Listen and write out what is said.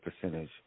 percentage